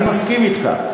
אני מסכים אתך.